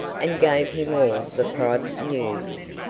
and gave him all the private news.